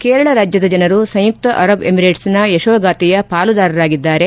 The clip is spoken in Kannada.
ಕೇರಳ ರಾಜ್ಗದ ಜನರು ಸಂಯುಕ್ತ ಅರಬ್ ಎಮಿರೇಟ್ಸ್ನ ಯಶೋಗಾಥೆಯ ಪಾಲುದಾರರಾಗಿದ್ದಾರೆ